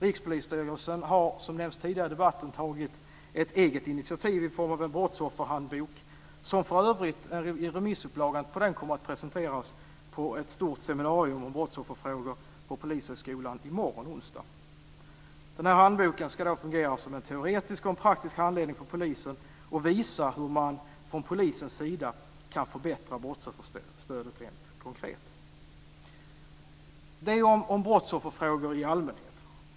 Rikspolisstyrelsen har, som nämnts tidigare i debatten, tagit ett eget initiativ i form av en brottsofferhandbok, som för övrigt kommer att presenteras i remissupplaga på ett stort seminarium om brottsofferfrågor på Polishögskolan i morgon, onsdag. Denna handbok ska fungera som en teoretisk och praktisk handledning för polisen och visa hur man från polisens sida kan förbättra brottsofferstödet rent konkret. Detta om brottsofferfrågor i allmänhet.